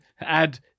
add